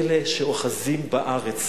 אלה שאוחזים בארץ,